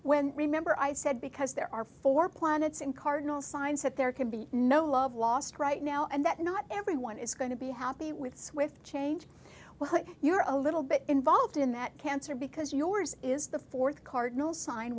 when remember i said because there are four planets in cardinal signs that there can be no love lost right now and that not everyone is going to be happy with swift change well if you're a little bit involved in that cancer because yours is the fourth cardinal sign